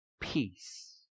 peace